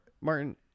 Martin